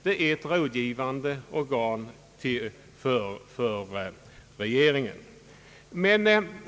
Den är ett rådgivande organ för regeringen.